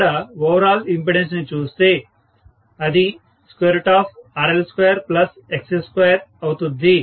ఇక్కడ overall impedance ని చూస్తే అది RL2XC2 అవుతుంది